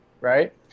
right